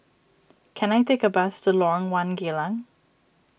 can I take a bus to Lorong one Geylang